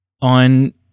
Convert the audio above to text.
on